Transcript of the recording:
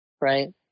Right